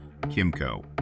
Kimco